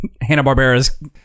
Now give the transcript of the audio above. Hanna-Barbera's